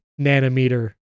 nanometer